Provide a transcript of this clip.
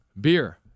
beer